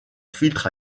filtre